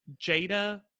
Jada